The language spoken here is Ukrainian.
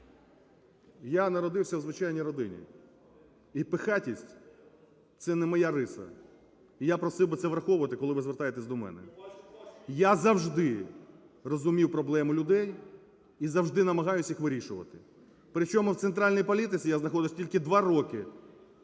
Я народився у звичайній родині і пихатість – це не моя риса. І я просив би це враховувати, коли ви звертаєтесь до мене. Я завжди розумів проблеми людей і завжди намагаюсь їх вирішувати, при чому в центральній політиці я знаходжусь тільки 2 роки,